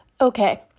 Okay